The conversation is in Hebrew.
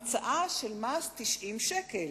המצאה של מס של 90 שקלים.